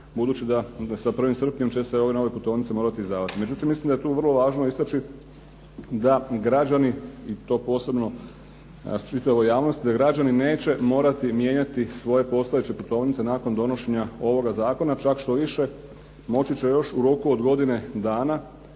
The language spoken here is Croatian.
budući da sa 1. srpnjem će se ove nove putovnice morati izdavati. Međutim, mislim da je tu vrlo važno istaći da građani i to posebno čitava javnost, da građani neće morati mijenjati svoje postojeće putovnice nakon donošenja ovoga zakona, čak štoviše moći će još u roku od godine dana